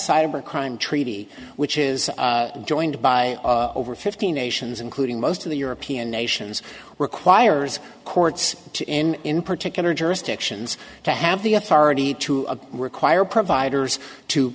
cyber crime treaty which is joined by over fifteen nations including most of the european nations requires courts to in in particular jurisdictions to have the authority to require providers to